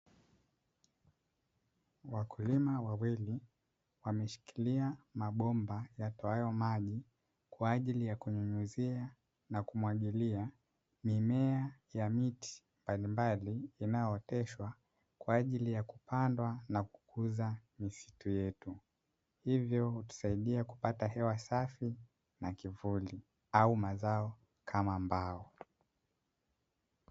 Wakulima wawili wameshikilia mabomba yatowayo maji kwa ajili ya kunyunyuzia na kumwagilia mimea ya miti mbalimbali inayooteshwa kwa ajili ya kupandwa na kukuza misitu yetu. Hivyo, hutusaidia kupata hewa safi na kivuli, au mazao kama mbao.